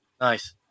Nice